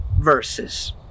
verses